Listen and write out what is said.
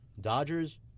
Dodgers